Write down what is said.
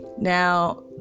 Now